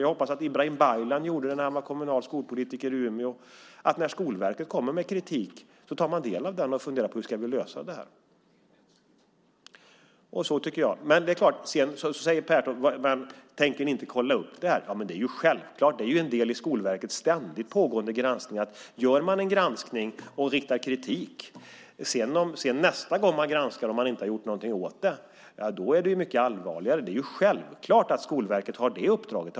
Jag hoppas att Ibrahim Baylan gjorde det när han var kommunal skolpolitiker i Umeå. När Skolverket kommer med kritik tar man del av den och funderar på hur man ska lösa detta. Sedan frågar Pertoft om vi inte tänker kolla upp detta. Det är självklart. Det är en del i Skolverkets ständigt pågående granskning. Om man gör en granskning och riktar kritik och det inte har gjorts någonting åt det nästa gång man granskar är det mycket allvarligare. Det är självklart att Skolverket har det uppdraget.